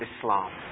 Islam